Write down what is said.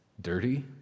dirty